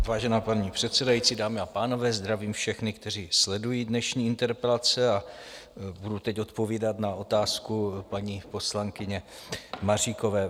Vážená paní předsedající, dámy a pánové, zdravím všechny, kteří sledují dnešní interpelace, a budu teď odpovídat na otázku paní poslankyně Maříkové.